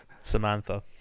Samantha